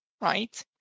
right